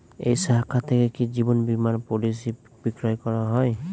এই শাখা থেকে কি জীবন বীমার পলিসি বিক্রয় হয়?